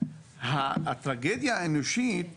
הטרגדיה האנושית היא